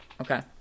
Okay